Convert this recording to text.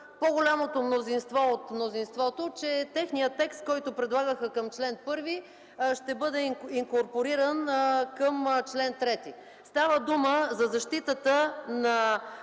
по-голямото мнозинство от мнозинството, че текстът, който предлагаха към чл. 1, ще бъде инкорпориран към чл. 3. Става дума за защитата на